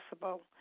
possible